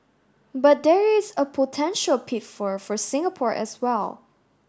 but there is a potential pitfall for Singapore as well